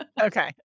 Okay